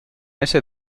ese